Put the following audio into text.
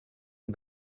die